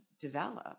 develop